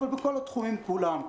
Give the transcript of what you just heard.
אבל בכל התחומים כולם.